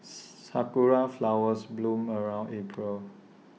Sakura Flowers bloom around April